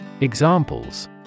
Examples